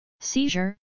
Seizure